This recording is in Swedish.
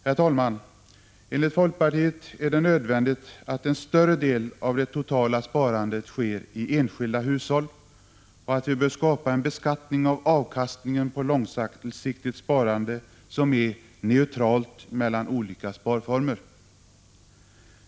Herr talman! Enligt folkpartiet är det nödvändigt att en större del av det totala sparandet sker i enskilda hushåll, och vi bör skapa en beskattning av avkastningen på långsiktigt sparande som är neutral vad gäller olika sparformer.